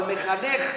אבל מחנך,